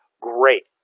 Great